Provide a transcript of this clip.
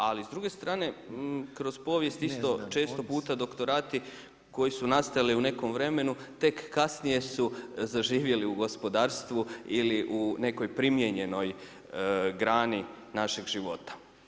Ali s druge strane kroz povijest isto često puta doktorati koji su nastajali u nekom vremenu tek kasnije su zaživjeli u gospodarstvu ili u nekoj primijenjenoj grani našeg života.